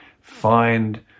find